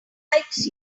likes